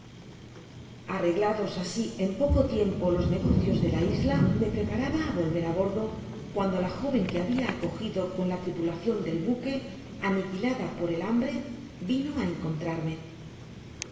arreglados asi en poco tiempo los negocios de la isla me preparaba á volver á bordo cuando la joven que habia acogido con la tripulacion del buque aniquilada por el hambre vino a encontrarme